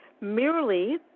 merely